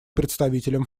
представителем